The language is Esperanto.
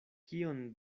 kion